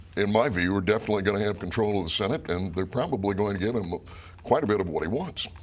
in my view are definitely going to have control of the senate, and they're probably going to give him quite a bit of what he wants.